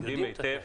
יודעים היטב.